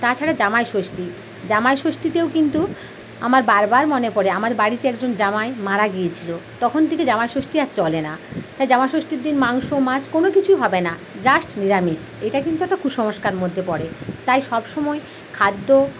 তাছাড়া জামাইষষ্ঠী জামাইষষ্ঠীতেও কিন্তু আমার বারবার মনে পরে আমার বাড়িতে একজন জামাই মারা গিয়েছিলো তখন থেকে জামাইষষ্ঠী আর চলে না তাই জামাইষষ্ঠীর দিন মাংস মাছ কোনো কিছুই হবে না জাস্ট নিরামিষ এটা কিন্তু একটা কুসংস্কার মধ্যে পরে তাই সবসময় খাদ্য